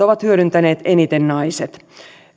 ovat hyödyntäneet eniten naiset